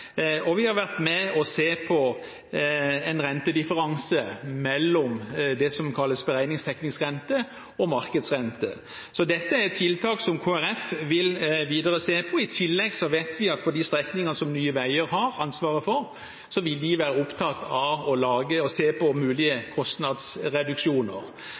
og vi har vært med på å se på en rentedifferanse mellom det som kalles beregningsteknisk rente og markedsrente. Dette er tiltak som Kristelig Folkeparti vil se på videre. I tillegg vet vi at for de strekningene som Nye Veier har ansvaret for, vil de være opptatt av å se på